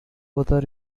brother